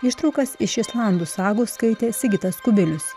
ištraukas iš islandų sagų skaitė sigitas kubilius